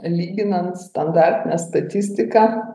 lyginant standartinę statistiką